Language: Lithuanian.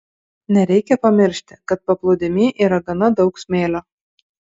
nereikia pamiršti kad paplūdimy yra gana daug smėlio